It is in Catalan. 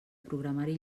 programari